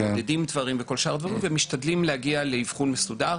מודדים כל מיני דברים ומשתדלים להגיע לאבחון מאוד מסודר.